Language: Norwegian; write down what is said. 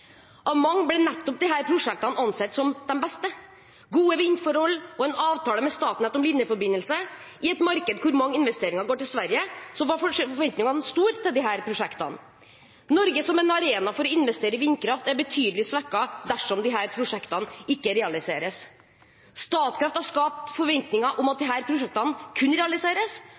Av mange blir nettopp disse prosjektene ansett som de beste, med gode vindforhold og en avtale med Statnett om en linjeforbindelse. I et marked hvor mange investeringer går til Sverige, var forventningene store til disse prosjektene. Norge som en arena for å investere i vindkraft er betydelig svekket dersom disse prosjektene ikke realiseres. Statkraft har skapt forventninger om at